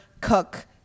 cook